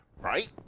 right